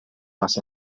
sempre